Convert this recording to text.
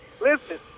Listen